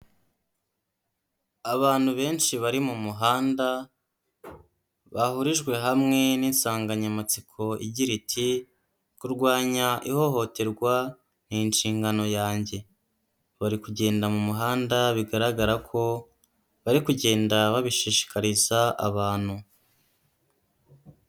Abantu benshi bari mu muhanda, bahurijwe hamwe n'insanganyamatsiko igira iti: "Kurwanya ihohoterwa ni inshingano yanjye." Bari kugenda mu muhanda bigaragara ko bari kugenda babishishikariza abantu.